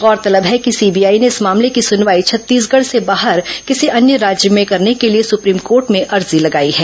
गौरतलब है कि सीबीआई ने इस मामले की सुनवाई छत्तीसगढ़ से बाहर किसी अन्य राज्य में करने के लिए सुप्रीम कोर्ट में अर्जी लगाई है